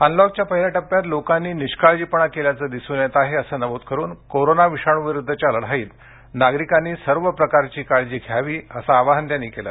अनलॉकच्या पहिल्या टप्प्यात लोकांनी निष्काळजीपणा केल्याचं दिसून येत आहे असं नमूद करुन कोरोना विषाणूविरुद्धच्या लढाईत नागरिकांनी सर्व प्रकारची काळजी घ्यावी असं आवाहन पंतप्रधानांनी केलं